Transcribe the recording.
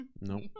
Nope